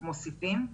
מוסיפים.